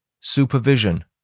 Supervision